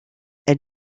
elle